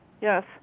Yes